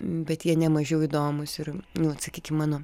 bet jie nemažiau įdomūs ir nu atsakyt į mano